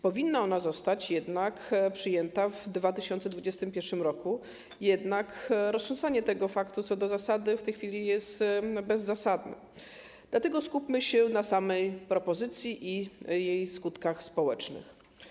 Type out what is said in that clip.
Powinna ona zostać przyjęta w 2021 r., jednak roztrząsanie tego faktu co do zasady w tej chwili jest bezzasadne, dlatego skupmy się na samej propozycji i jej skutkach społecznych.